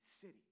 city